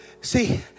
see